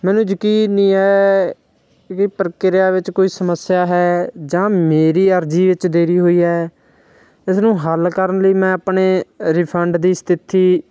ਮੈਨੂੰ ਯਕੀਨ ਨਹੀਂ ਹੈ ਵੀ ਪ੍ਰਕਿਰਿਆ ਵਿੱਚ ਕੋਈ ਸਮੱਸਿਆ ਹੈ ਜਾਂ ਮੇਰੀ ਅਰਜ਼ੀ ਵਿੱਚ ਦੇਰੀ ਹੋਈ ਹੈ ਇਸ ਨੂੰ ਹੱਲ ਕਰਨ ਲਈ ਮੈਂ ਆਪਣੇ ਰਿਫੰਡ ਦੀ ਸਥਿਤੀ